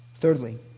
Thirdly